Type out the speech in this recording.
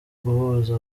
guhuza